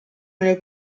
nel